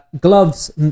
gloves